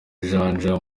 janja